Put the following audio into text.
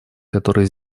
которые